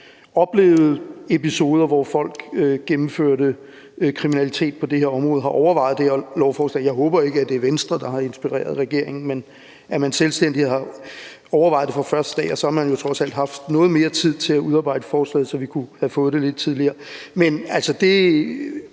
oplevede episoder, hvor folk begik kriminalitet på det her område, har overvejet det her lovforslag. Jeg håber ikke, at det er Venstre, der har inspireret regeringen, men at man selvstændigt har overvejet det fra første dag, og så har man jo trods alt haft noget mere tid til at udarbejde forslaget, så vi kunne have fået det lidt tidligere. Men sådan